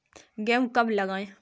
गेहूँ कब लगाएँ?